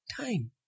time